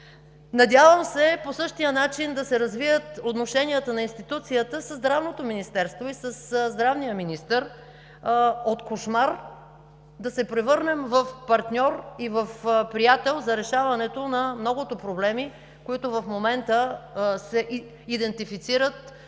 Надявам се, по същия начин да се развият отношенията на институцията със Здравното министерство и със здравния министър – от кошмар да се превърнем в партньор и в приятел за решаването на многото проблеми, които в момента се идентифицират в